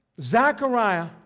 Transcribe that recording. Zachariah